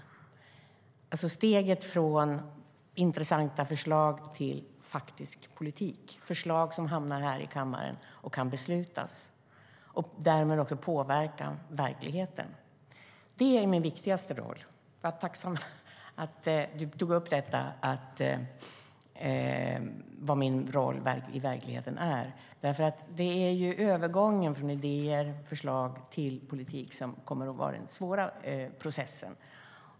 Det gäller alltså steget från intressanta förslag till faktisk politik - förslag som hamnar här i kammaren och kan fattas beslut om och därmed påverkar verkligheten. Det är min viktigaste roll. Jag är tacksam för att du tog upp frågan om vad min roll innebär. Det är övergången från idéer och förslag till politik som kommer att vara den svåra processen.